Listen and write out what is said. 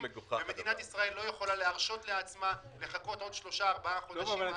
מדינת ישראל לא יכולה להרשות לעצמה לחכות עוד שלושה ארבעה חודשים.